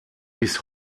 bis